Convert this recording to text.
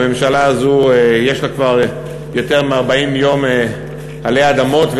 לממשלה הזו יש כבר יותר מ-40 יום עלי אדמות,